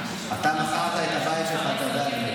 אתה מכרת את הבית שלך אתה יודע למי.